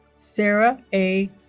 sarah a.